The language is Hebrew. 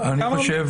אני חושב